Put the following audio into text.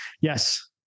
Yes